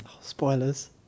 Spoilers